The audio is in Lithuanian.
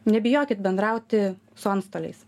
nebijokit bendrauti su antstoliais